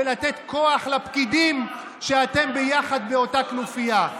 ולתת כוח לפקידים שאתם ביחד איתם באותה כנופיה.